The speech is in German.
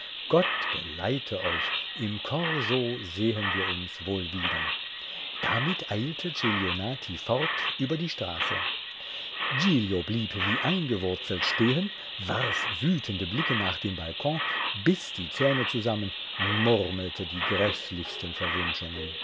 gott geleite euch im korso sehen wir uns wohl wieder damit eilte celionati fort über die straße giglio blieb wie eingewurzelt stehen warf wütende blicke nach dem balkon biß die zähne zusammen murmelte die gräßlichsten